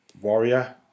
Warrior